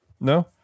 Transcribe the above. No